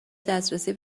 دسترسی